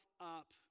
up